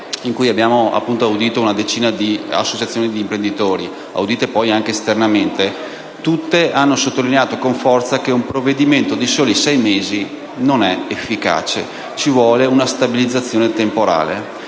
in cui abbiamo ascoltato una decina di associazioni di imprenditori (audite poi anche esternamente), tutti i rappresentanti hanno sottolineato con forza che un provvedimento di soli sei mesi non è efficace e che è necessaria una stabilizzazione temporale.